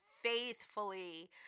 faithfully